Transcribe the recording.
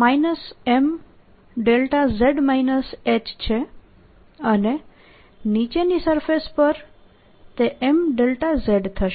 M છે અને નીચેની સરફેસ પર તે M થશે